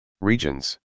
regions